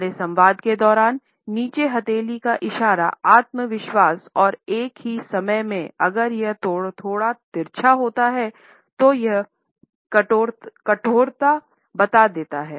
हमारे संवाद के दौरान नीचे हथेली का इशारा आत्मविश्वास और एक ही समय में अगर यह थोड़ा तिरछा होता है तो यह कठोरता बता देते हैं